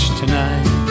tonight